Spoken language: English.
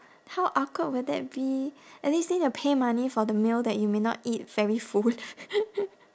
how awkward will that be and then you still need to pay money for the meal that you may not eat very full